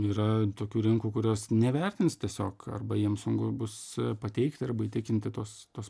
yra tokių rinkų kurios nevertins tiesiog arba jiems sunku bus pateikti arba įtikinti tuos tuos